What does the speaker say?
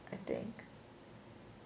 I think